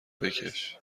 بکش